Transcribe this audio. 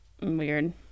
Weird